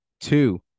Two